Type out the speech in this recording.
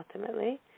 ultimately